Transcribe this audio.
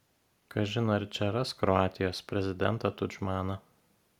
kažin ar čia ras kroatijos prezidentą tudžmaną